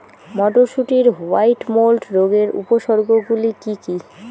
মটরশুটির white mould রোগের উপসর্গগুলি কী কী?